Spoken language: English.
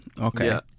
okay